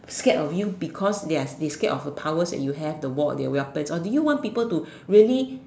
scared of you because they are scared of the powers that you have the war do you want people to really